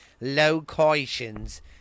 locations